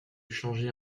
changer